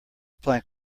plank